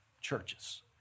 churches